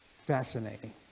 Fascinating